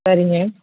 சரிங்க